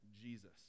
Jesus